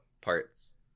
parts